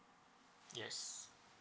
yes